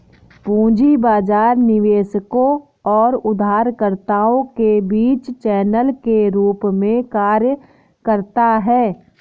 पूंजी बाजार निवेशकों और उधारकर्ताओं के बीच चैनल के रूप में कार्य करता है